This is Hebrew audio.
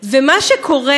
ומה שקורה,